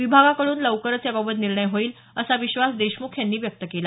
विभागाकडून लवकरच याबाबत निर्णय होईल असा विश्वास देशमुख यांनी व्यक्त केला